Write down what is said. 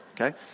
okay